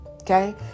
Okay